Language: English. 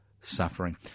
suffering